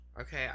okay